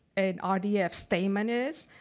and ah rdf statement is,